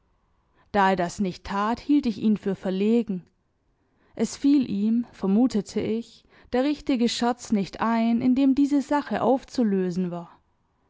da er das nicht tat hielt ich ihn für verlegen es fiel ihm vermutete ich der richtige scherz nicht ein in dem diese sache aufzulösen war